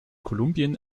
kolumbien